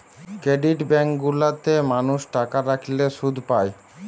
credit bank গুলা তে মানুষ টাকা রাখলে শুধ পায়